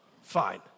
fine